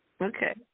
Okay